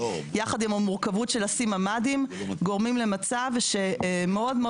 יחד עם המורכבות של לשים ממ"דים גורמים למצב שמאוד מאוד